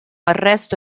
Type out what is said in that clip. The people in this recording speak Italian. arresto